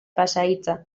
pasahitza